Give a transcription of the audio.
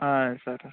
సరే